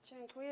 Dziękuję.